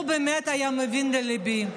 הוא באמת היה מבין לליבי.